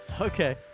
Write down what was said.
okay